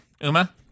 Uma